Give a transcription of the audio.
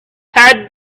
had